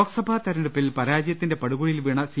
ലോക്സഭാ തെരഞ്ഞെടുപ്പിൽ പരാജയത്തിന്റെ പടുകുഴിൽ വീണ സി